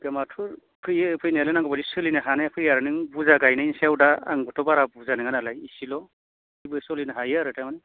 इनकामाथ' फैयो फैनायलाय नांगौबायदि सोलिनो हानाया फैयो आरो नों बुरजा गायनायनि सायाव दा आंबोथ' बारा बुरजा नङा नालाय एसेल' थेवबो सलिनो हायो आरो थारमानि